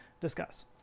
Discuss